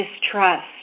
distrust